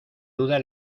duda